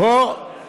אתה